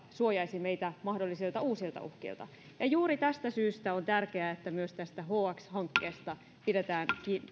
suojaisi meitä mahdollisilta uusilta uhkilta juuri tästä syystä on tärkeää että myös tästä hx hankkeesta pidetään